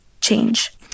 change